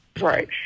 right